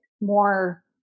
more